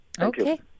Okay